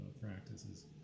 practices